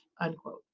unquote